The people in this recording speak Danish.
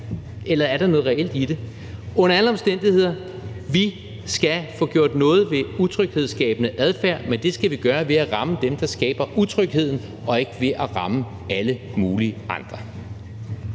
eller er der noget reelt i det? Under alle omstændigheder skal vi få gjort noget ved utryghedsskabende adfærd, men det skal vi gøre ved at ramme dem, der skaber utrygheden, og ikke ved at ramme alle mulige andre.